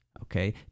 okay